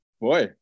boy